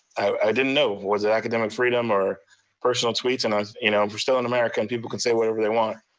i didn't know was it academic freedom or personal tweets? and um you know we're still in america and people can say whatever they want,